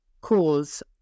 cause